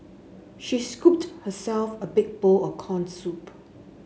she scooped herself a big bowl of corn soup